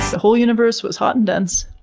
whole universe was hot and dense,